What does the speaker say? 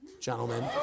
gentlemen